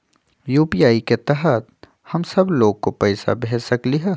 UPI के तहद हम सब लोग को पैसा भेज सकली ह?